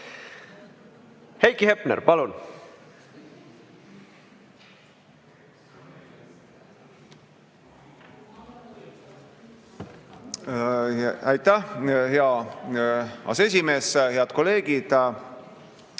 Heiki Hepner, palun! Aitäh, hea aseesimees! Head kolleegid!